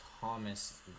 Thomas